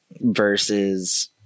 versus